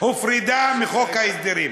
הופרדה מחוק ההסדרים,